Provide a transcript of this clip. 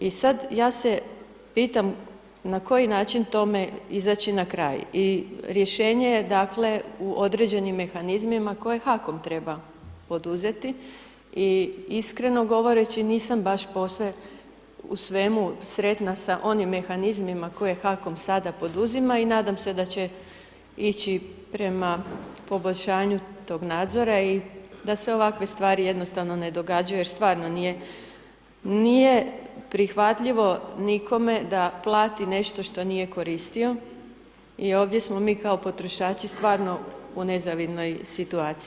I sad ja se pitam na koji način tome izaći na kraj i rješenje je, dakle, u određenim mehanizmima koje HAKOM treba poduzeti i iskreno govoreći nisam baš posve u svemu sretna sa onim mehanizmima koje HAKOM sada poduzima i nadam se da će ići prema poboljšanju toga nadzora i da se ovakve stvari jednostavno ne događaju jer stvarno nije prihvatljivo nikome da plati nešto što nije koristio i ovdje smo mi kao potrošači stvarno u nezavidnoj situaciji.